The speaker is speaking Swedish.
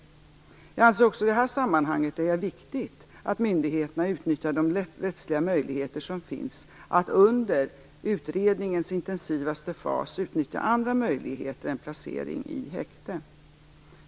Jag anser att det också i det här sammanhanget är viktigt att myndigheterna utnyttjar de rättsliga möjligheter som finns att under utredningens intensivaste fas utnyttja andra möjligheter än placering i häkte.